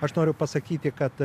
aš noriu pasakyti kad